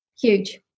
Huge